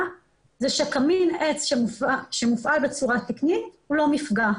היא שקמין עץ שמופעל בצורה תקנית הוא לא מפגע.